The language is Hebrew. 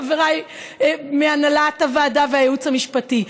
חבריי מהנהלת הוועדה והייעוץ המשפטי?